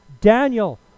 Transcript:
Daniel